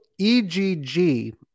EGG